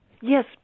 Yes